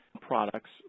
products